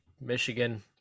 michigan